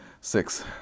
six